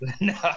No